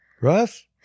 Russ